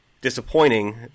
disappointing